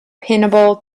pinnable